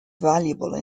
valuable